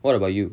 what about you